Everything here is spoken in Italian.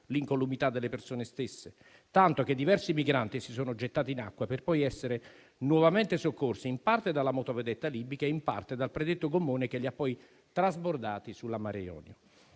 l'incolumità delle persone stesse, tanto che diversi migranti si sono gettati in acqua per poi essere nuovamente soccorsi in parte dalla motovedetta libica, in parte dal predetto gommone che li ha poi trasbordati sulla Mare Jonio.